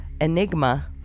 Enigma